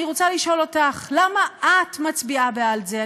אני רוצה לשאול אותך: למה את מצביעה בעד זה?